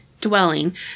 dwelling